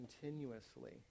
continuously